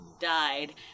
died